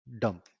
dump